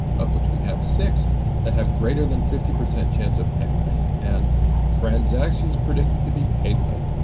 of which we have six that have greater than fifty percent chance of paying late, and transactions predicted to be paid late,